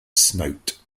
snout